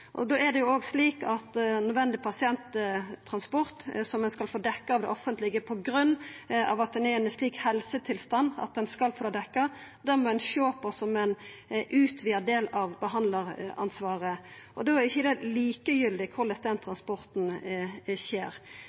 er det òg slik at nødvendig pasienttransport, som ein skal få dekt av det offentlege på grunn av at ein er i ein slik helsetilstand at ein skal få det dekt, må ein sjå på som ein utvida del av behandlaransvaret. Da er det ikkje likegyldig korleis den transporten skjer.